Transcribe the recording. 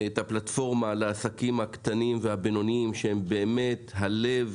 הפלטפורמה לעסקים הקטנים והבינוניים, שהם באמת הלב